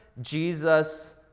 Jesus